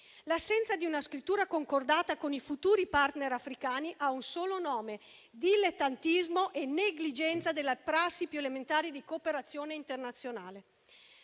L'assenza di una scrittura concordata con i futuri *partner* africani ha un solo nome: dilettantismo e negligenza della prassi più elementare di cooperazione internazionale.